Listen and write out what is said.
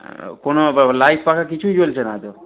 কোনো লাইট পাখা কিছুই জ্বলছে না তো